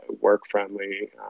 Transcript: work-friendly